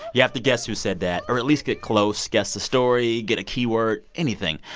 you have to guess who said that or at least get close, guess the story, get a key word, anything.